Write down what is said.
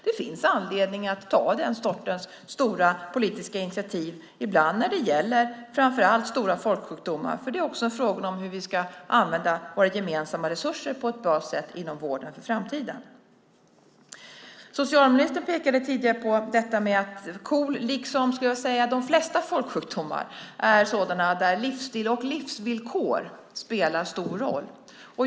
Det finns anledning att ta den sortens stora politiska initiativ när det gäller framför allt stora folksjukdomar, men det är också fråga om hur vi ska använda våra gemensamma resurser på ett bra sätt inom vården i framtiden. Socialministern pekade tidigare på att KOL, liksom de flesta folksjukdomar, är sådan där livsstil och livsvillkor spelar stor roll.